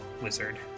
wizard